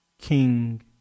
King